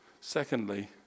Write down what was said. Secondly